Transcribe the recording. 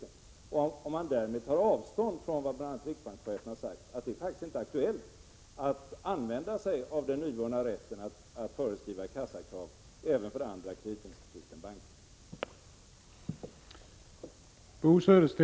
Och tar han därmed avstånd från vad bl.a. riksbankschefen har sagt, att det faktiskt inte är aktuellt att använda sig av den nyvunna rätten att föreskriva kassakrav även för andra kreditinstitut än bankerna?